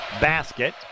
basket